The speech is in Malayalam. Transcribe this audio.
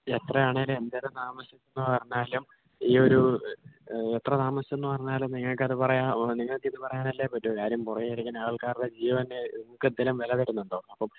എത്രയാണേലും എന്തോരം താമസിച്ചെന്ന് പറഞ്ഞാലും ഈ ഒരു എത്ര താമസിച്ചെന്ന് പറഞ്ഞാലും നിങ്ങൾക്ക് അത് പറയാം നിങ്ങക്ക് അത് പറയാനല്ലേ പറ്റൂ കാര്യം പുറകെ ഇരിക്കുന്ന ആൾക്കാരുടെ ജീവനിൽ നിങ്ങൾക്ക് എന്തേലും വില വരുന്നുണ്ടോ അപ്പം